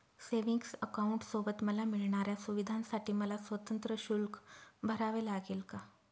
Savings अकाउंटसोबत मला मिळणाऱ्या सुविधांसाठी मला स्वतंत्र शुल्क भरावे लागेल का?